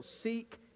seek